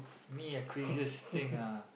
me ah craziest thing ah